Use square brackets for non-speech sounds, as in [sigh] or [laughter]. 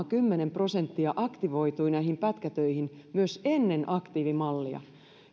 [unintelligible] kymmenen prosenttia aktivoitui näihin pätkätöihin myös ennen aktiivimallia